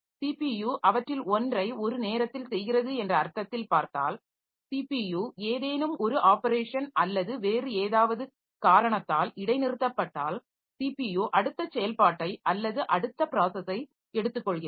CPU அவற்றில் ஒன்றை ஒரு நேரத்தில் செய்கிறது என்ற அர்த்தத்தில் பார்த்தால் ஸிபியு ஏதேனும் ஒரு ஆப்பரேஷன் அல்லது வேறு ஏதாவது காரணத்தால் இடைநிறுத்தப்பட்டால் ஸிபியு அடுத்த செயல்பாட்டை அல்லது அடுத்த ப்ராஸஸை எடுத்துக்கொள்கிறது